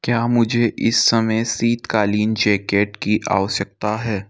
क्या मुझे इस समय शीतकालीन जैकेट की आवश्यकता है